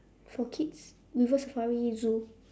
for kids river-safari zoo